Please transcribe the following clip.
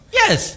yes